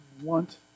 want